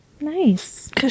Nice